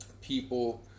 people